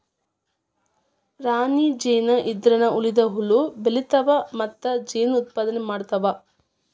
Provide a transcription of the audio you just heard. ರಾಣಿ ಜೇನ ಇದ್ರನ ಉಳದ ಹುಳು ಬೆಳಿತಾವ ಮತ್ತ ಜೇನ ಉತ್ಪಾದನೆ ಮಾಡ್ತಾವ